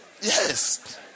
yes